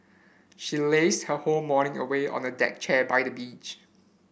she lazed her whole morning away on a deck chair by the beach